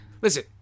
Listen